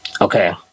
okay